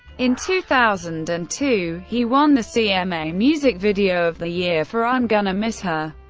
in two thousand and two, he won the cma music video of the year for i'm gonna miss her.